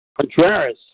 Contreras